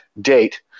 date